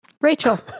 Rachel